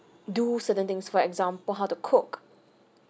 do certain things for example how to cook